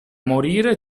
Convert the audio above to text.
morire